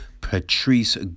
Patrice